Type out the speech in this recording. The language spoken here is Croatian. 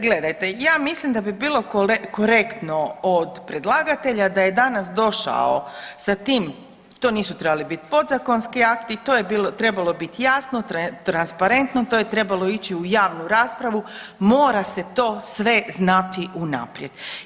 Gledajte, ja mislim da bi bilo korektno od predlagatelja da je danas došao sa tim, to nisu trebali biti podzakonski akti, to je trebalo biti jasno, transparentno, to je trebalo ići u javnu raspravu, mora se to sve znati unaprijed.